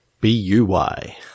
B-U-Y